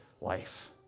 life